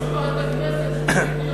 הכנסת,